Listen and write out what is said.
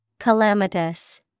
Calamitous